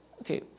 Okay